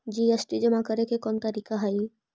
GST जमा करे के कौन तरीका हई